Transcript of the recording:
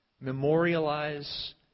memorialize